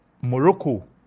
Morocco